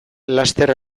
laster